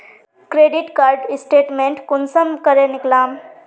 Credit card statement कुंसम करे निकलाम?